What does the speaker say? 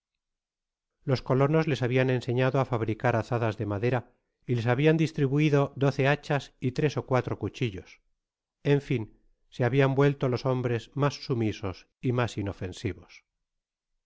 los colonos les habian enseñado á fabricar azadas de madera y les habian distribuido doce hachas y tres ó cuatro cuchillos en fin se habian vuelto los hombres mas sumisos y mas inofensivos